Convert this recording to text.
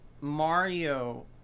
mario